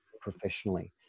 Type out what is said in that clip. professionally